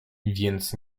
więc